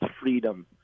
freedom